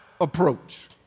approach